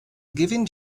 given